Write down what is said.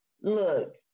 look